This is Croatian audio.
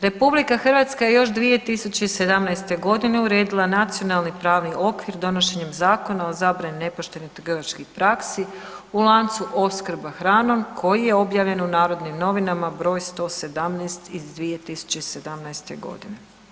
RH je još 2017. g. uredila nacionalni pravni okvir donošenjem Zakona o zabrani nepoštenih trgovačkih praksi u lancu opskrbe hranom koji je objavljen u Narodnim novinama br. 117 iz 2017. godine.